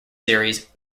series